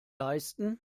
leisten